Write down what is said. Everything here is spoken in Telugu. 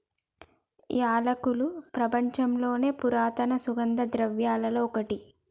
యాలకులు ప్రపంచంలోని పురాతన సుగంధ ద్రవ్యలలో ఒకటి